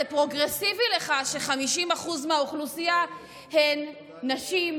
זה פרוגרסיבי לך ש-50% מהאוכלוסייה הם נשים,